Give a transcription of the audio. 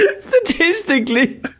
Statistically